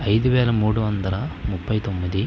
ఐదు వేల మూడు వందల ముప్పై తొమ్మిది